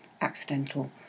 accidental